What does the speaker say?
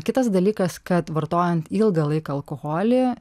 kitas dalykas kad vartojant ilgą laiką alkoholį